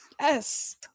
Yes